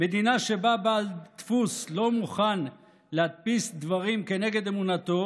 מדינה שבה בעל דפוס לא מוכן להדפיס דברים כנגד אמונתו